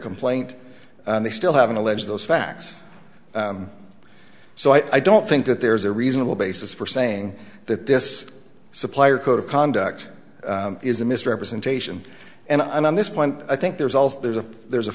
complaint they still haven't alleged those facts so i don't think that there's a reasonable basis for saying that this supplier code of conduct is a misrepresentation and i'm on this point i think there's also there's a there's a